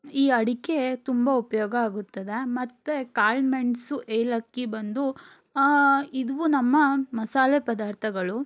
ಈ ಅಡಿಕೆ ತುಂಬ ಉಪಯೋಗ ಆಗುತ್ತದೆ ಮತ್ತು ಕಾಳುಮೆಣಸು ಏಲಕ್ಕಿ ಬಂದು ಇವು ನಮ್ಮ ಮಸಾಲೆ ಪದಾರ್ಥಗಳು